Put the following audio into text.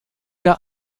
der